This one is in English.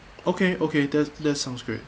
okay okay that that's sound great